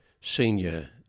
senior